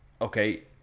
okay